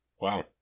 wow